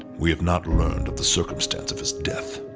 we have not learned of the circumstance of his death.